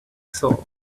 saw